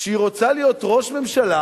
שהיא רוצה להיות ראש ממשלה,